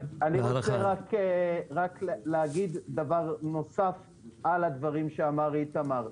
אני רוצה להוסיף על הדברים שאמר איתמר.